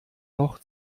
noch